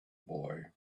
boy